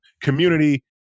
community